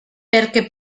perquè